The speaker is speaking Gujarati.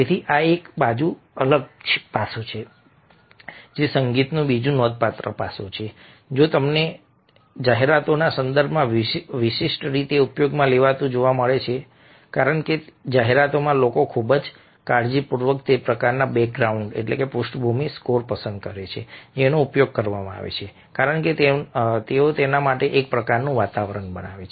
તેથી આ એક બીજું અલગ પાસું છે જે સંગીતનું બીજું નોંધપાત્ર પાસું છે જે તમને જાહેરાતોના સંદર્ભમાં વિશિષ્ટ રીતે ઉપયોગમાં લેવાતું જોવા મળે છે કારણ કે જાહેરાતોમાં લોકો ખૂબ જ કાળજીપૂર્વક તે પ્રકારના બેકગ્રાઉન્ડપૃષ્ઠભૂમિ સ્કોર પસંદ કરે છે જેનો ઉપયોગ કરવામાં આવે છે કારણ કે તેઓ તેના માટે એક પ્રકારનું વાતાવરણ બનાવે છે